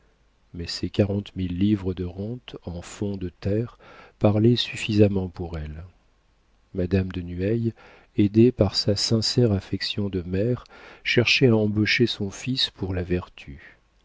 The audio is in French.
mais ses quarante mille livres de rente en fonds de terre parlaient suffisamment pour elle madame de nueil aidée par sa sincère affection de mère cherchait à embaucher son fils pour la vertu